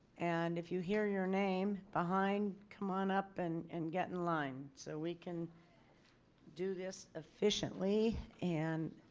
and if you hear your name behind. come on up and and get in line. so we can do this efficiently and